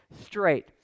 straight